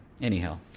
anyhow